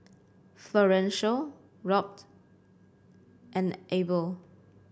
Florencio Robt and Abel